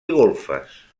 golfes